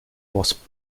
was